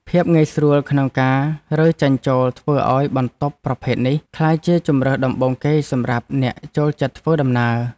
ភាពងាយស្រួលក្នុងការរើចេញចូលធ្វើឱ្យបន្ទប់ប្រភេទនេះក្លាយជាជម្រើសដំបូងគេសម្រាប់អ្នកចូលចិត្តធ្វើដំណើរ។